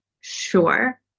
sure